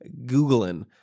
googling